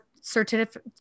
certificate